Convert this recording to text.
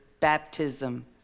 baptism